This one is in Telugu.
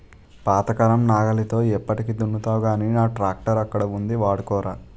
పాతకాలం నాగలితో ఎప్పటికి దున్నుతావ్ గానీ నా ట్రాక్టరక్కడ ఉంది వాడుకోరా